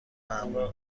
معمول